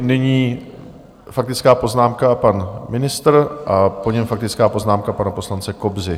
Nyní faktická poznámka pan ministr a po něm faktická poznámka pana poslance Kobzy.